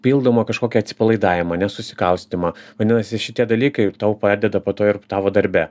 pildomą kažkokį atsipalaidavimą ne susikaustymą vadinasi šitie dalykai tau padeda po to ir tavo darbe